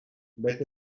vet